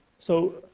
so,